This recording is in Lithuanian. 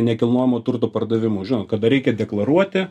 nekilnojamo turto pardavimu žinot kada reikia deklaruoti